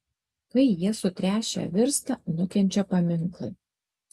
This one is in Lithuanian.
kai jie sutręšę virsta nukenčia paminklai